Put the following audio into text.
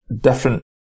different